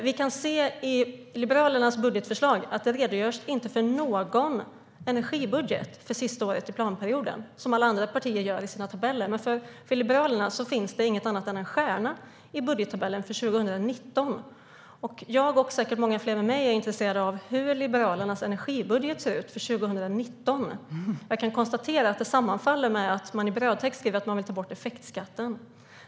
Vi kan se i Liberalernas budgetförslag att man inte redogör för någon energibudget för sista året i planperioden, vilket alla andra partier gör i sina tabeller. För Liberalerna finns det inget annat än en stjärna i budgettabellen för 2019. Jag är intresserad, och säkert många med mig, av hur Liberalernas energibudget för 2019 ser ut. Jag kan konstatera att det sammanfaller med att man i brödtexten skriver att man vill ta bort effektskatten.